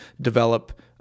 develop